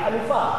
על חלופה.